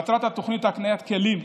מטרת התוכנית היא הקניית כלים.